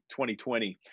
2020